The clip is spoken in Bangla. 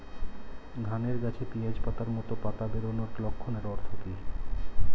ধানের গাছে পিয়াজ পাতার মতো পাতা বেরোনোর লক্ষণের অর্থ কী?